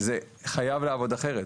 זה חייב לעבוד אחרת.